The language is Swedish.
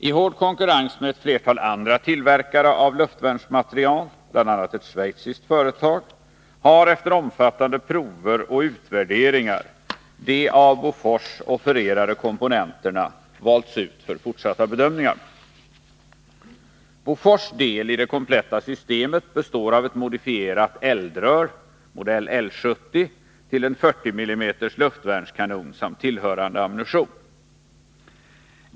I hård konkurrens med ett flertal andra tillverkare av luftvärnsmateriel, bl.a. ett schweiziskt företag, har efter omfattande prov och utvärderingar de av Bofors offererade komponenterna valts ut för fortsatta bedömningar. Bofors del i det kompletta systemet består av ett modifierat eldrör till en 40 mm luftvärnskanon samt tillhörande ammunition.